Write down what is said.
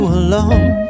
alone